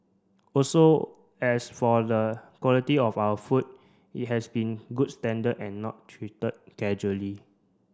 also as for the quality of our food it has been good standard and not treated casually